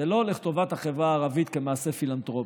זה לא לטובת החברה כמעשה פילנתרופי.